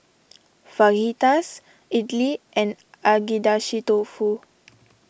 Fajitas Idili and Agedashi Dofu